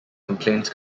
complaints